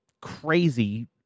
crazy